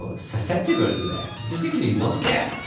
ah susceptible to that, basically, you don't care,